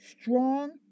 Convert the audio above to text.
strong